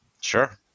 Sure